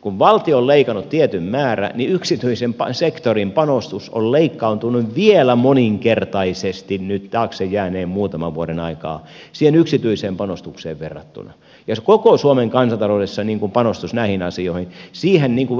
kun valtio on leikannut tietyn määrän yksityisen sektorin panostus on leikkaantunut vielä moninkertaisesti nyt taakse jääneen muutaman vuoden aikaan siihen julkiseen panostukseen verrattuna ja samoin koko suomen kansantaloudessa panostus näihin asioihin